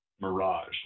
mirage